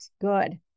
good